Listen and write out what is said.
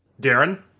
Darren